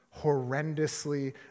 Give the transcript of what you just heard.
horrendously